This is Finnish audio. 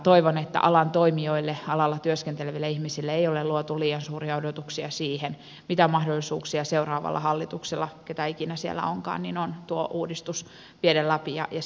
toivon että alan toimijoille alalla työskenteleville ihmisille ei ole luotu liian suuria odotuksia siihen mitä mahdollisuuksia seuraavalla hallituksella keitä ikinä siellä onkaan on tuo uudistus viedä läpi ja se toteuttaa